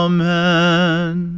Amen